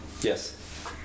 Yes